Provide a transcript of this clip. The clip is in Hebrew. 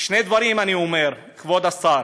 שני דברים אני אומר, כבוד השר: